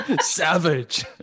Savage